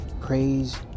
praise